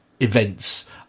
Events